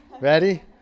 Ready